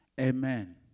Amen